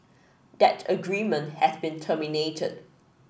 that agreement has been terminated